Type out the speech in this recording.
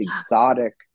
exotic